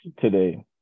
today